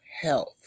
health